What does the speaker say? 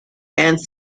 and